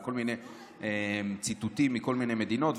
וכל מיני ציטוטים מכל מיני מדינות.